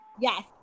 Yes